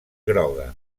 groga